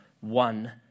one